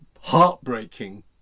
heartbreaking